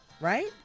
right